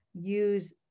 use